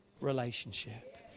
relationship